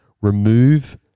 remove